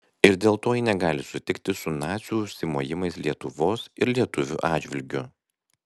ir dėl to ji negali sutikti su nacių užsimojimais lietuvos ir lietuvių atžvilgiu